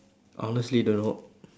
honestly don't know